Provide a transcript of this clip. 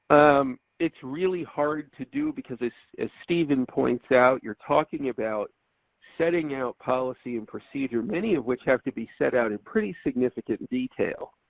um it's really hard to do, because as steven points out you're talking about setting out policy and procedure, many of which have to be set out in pretty significant detail.